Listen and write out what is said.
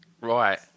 Right